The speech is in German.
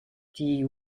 die